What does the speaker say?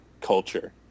culture